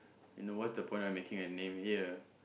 and then what's the point of making a name here